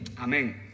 Amen